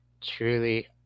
truly